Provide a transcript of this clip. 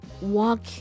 walk